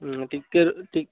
ଉଁ ଟିକିଏ ଟି